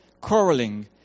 quarrelling